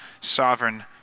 sovereign